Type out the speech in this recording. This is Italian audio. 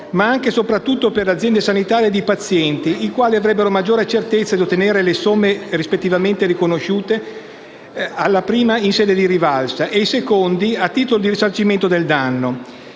ma anche e soprattutto per le aziende sanitarie ed i pazienti, i quali avrebbero maggiore certezza di ottenere le somme rispettivamente riconosciute alle prime in sede di rivalsa ed ai secondi a titolo di risarcimento del danno.